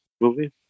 movie